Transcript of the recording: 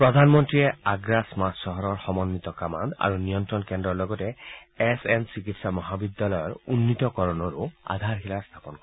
প্ৰধানমন্ত্ৰীয়ে আগ্ৰা স্মাৰ্ট চহৰৰ সমঘিত কমাণ্ড আৰু নিয়ন্ত্ৰণ কেন্দ্ৰৰ লগতে এছ এন চিকিৎসা মহাবিদ্যালয়ৰ উন্নীতকৰণৰো আধাৰশিলা স্থাপন কৰিব